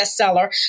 bestseller